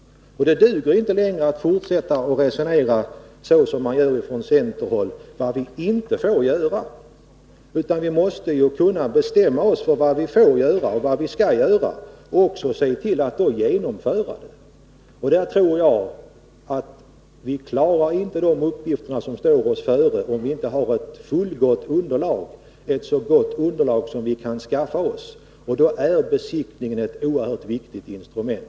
Det duger inte längre att resonera så som man gör från centerns håll om vad vi inte får göra. Vi måste kunna bestämma oss för vad vi får göra och vad vi skall göra och också se till att genomföra det. Jag tror inte att vi klarar de uppgifter som förestår om vi inte har ett fullgott underlag, ett så gott underlag som vi kan skaffa oss, och då är besiktningen ett oerhört viktigt instrument.